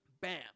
Bam